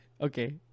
okay